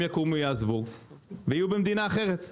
הם יקומו ויעזבו ויהיו במדינה אחרת.